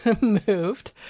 moved